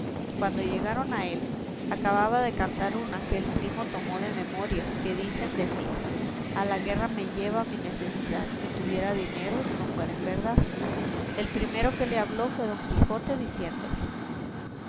cuando llegaron a él acababa de cantar una que el primo tomó de memoria que dicen que decía a la guerra me lleva mi necesidad si tuviera dineros no fuera en verdad el primero que le habló fue don quijote diciéndole